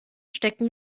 stecken